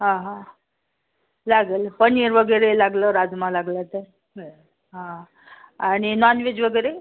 हां हां लागेल पनीर वगैरे लागलं राजमा लागला तर मिळेल हां आणि नॉनवेज वगैरे